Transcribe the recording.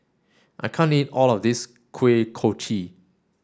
I can't eat all of this Kuih Kochi